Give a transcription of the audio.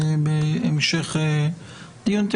אנחנו מתחילים היום את הדיון.